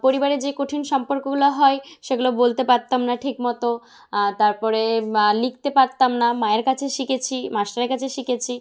পরিবারে যে কঠিন সম্পর্কগুলো হয় সেগুলো বলতে পারতাম না ঠিকমতো তার পরে লিখতে পারতাম না মায়ের কাছে শিখেছি মাস্টারের কাছে শিখেছি